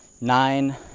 nine